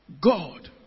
God